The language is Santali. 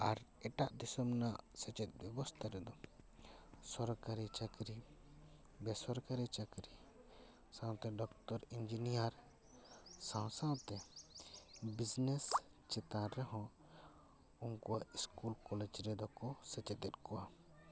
ᱟᱨ ᱮᱴᱟᱜ ᱫᱤᱥᱚᱢ ᱨᱮᱱᱟᱜ ᱥᱮᱪᱮᱫ ᱵᱮᱵᱚᱥᱛᱟ ᱨᱮᱫᱚ ᱥᱚᱨᱠᱟᱨᱤ ᱪᱟᱠᱨᱤ ᱵᱮᱥᱚᱨᱠᱟᱨᱤ ᱪᱟᱠᱨᱤ ᱥᱟᱶᱛᱮ ᱰᱚᱠᱴᱚᱨ ᱤᱱᱡᱤᱱᱤᱭᱟᱨ ᱥᱟᱶᱼᱥᱟᱶᱛᱮ ᱵᱤᱡᱽᱱᱮᱥ ᱪᱮᱛᱟᱱ ᱨᱮᱦᱚᱸ ᱩᱱᱠᱩᱣᱟᱜ ᱥᱠᱩᱞ ᱠᱚᱞᱮᱡᱽ ᱨᱮᱫᱚ ᱠᱚ ᱥᱮᱪᱮᱫ ᱮᱫ ᱠᱚᱣᱟ